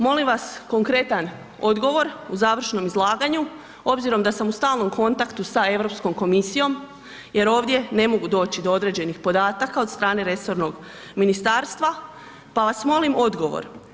Molim vas konkretan odgovor u završnom izlaganju obzirom da sam u stalnom kontaktu sa Europskom komisijom jer ovdje ne mogu doći do određenih podataka od strane resornog ministarstva pa vas molim odgovor.